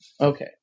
Okay